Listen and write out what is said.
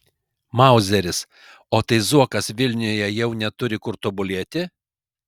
mauzeris o tai zuokas vilniuje jau neturi kur tobulėti